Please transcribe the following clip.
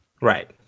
Right